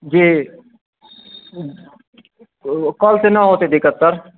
जी ओकर सऽ ने होतै दिक्कत सर